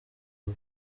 uko